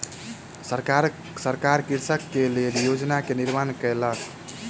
सरकार कृषक के लेल योजना के निर्माण केलक